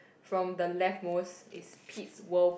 from the left most is Pete's world